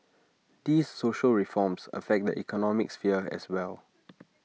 these social reforms affect the economic sphere as well